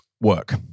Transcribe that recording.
work